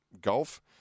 golf